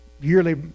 yearly